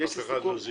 --- אף אחד לא זלזל.